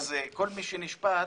כל מי שנשפט,